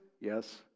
yes